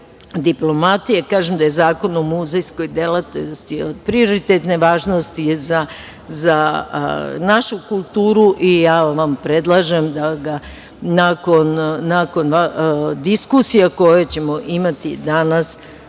diplomatije. Zakon o muzejskoj delatnosti je od prioritetne važnosti za našu kulturu i ja vam predlažem da ga nakon diskusija koje ćemo imati danas